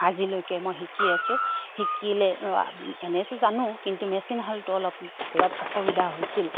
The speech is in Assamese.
আজিলৈকে মই শিকিয়ে আছো শিকিলে এনেইতো জানো কিন্তু মেচিনশালটো অলপ অলপ অসুবিধা হৈছিল